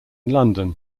london